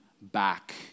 back